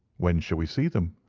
when shall we see them?